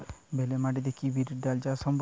বেলে মাটিতে কি বিরির ডাল চাষ সম্ভব?